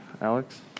Alex